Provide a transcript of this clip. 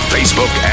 Facebook